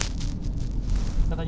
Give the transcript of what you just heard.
terus ah